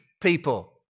people